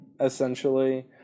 essentially